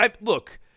Look